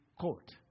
court